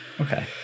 okay